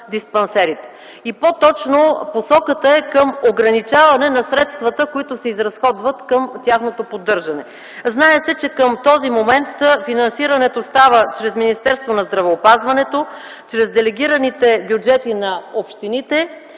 и по-точно посоката е към ограничаване на средствата, които се изразходват към тяхното поддържане. Знае се, че към този момент финансирането става чрез Министерство на здравеопазването, чрез делегираните бюджети на общините